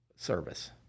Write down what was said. service